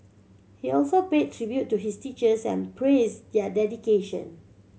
he also paid tribute to his teachers and praised their dedication